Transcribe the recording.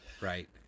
Right